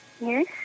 yes